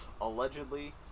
allegedly